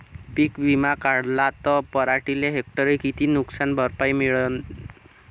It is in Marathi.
पीक विमा काढला त पराटीले हेक्टरी किती नुकसान भरपाई मिळीनं?